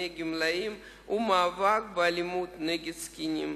גמלאים היא המאבק באלימות נגד זקנים.